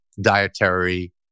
dietary